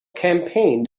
campaigned